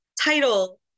title